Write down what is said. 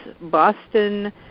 Boston